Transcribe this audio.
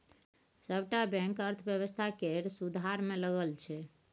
सबटा बैंक अर्थव्यवस्था केर सुधार मे लगल छै